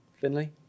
Finley